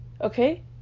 Okay